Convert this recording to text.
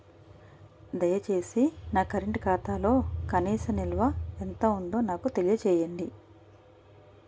దయచేసి నా కరెంట్ ఖాతాలో కనీస నిల్వ ఎంత ఉందో నాకు తెలియజేయండి